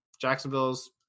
Jacksonville's